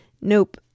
nope